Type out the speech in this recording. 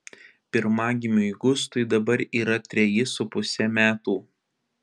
pirmagimiui gustui dabar yra treji su puse metų